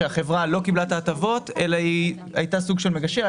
שהחברה לא קיבלה את ההטבות אלא היא הייתה סוג של מגשר.